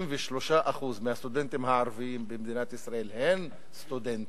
63% מהסטודנטים הערבים במדינת ישראל הם סטודנטיות.